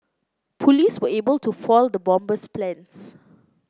police were able to foil the bomber's plans